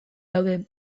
daude